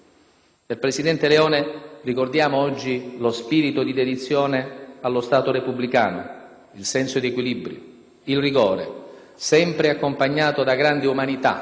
Del presidente Leone ricordiamo oggi lo spirito di dedizione allo Stato repubblicano, il senso di equilibrio, il rigore sempre accompagnato da grande umanità,